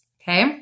okay